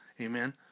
Amen